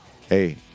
Hey